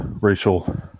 racial